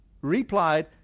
replied